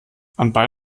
anbei